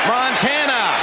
Montana